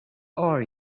are